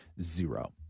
zero